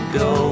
go